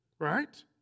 right